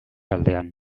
aldean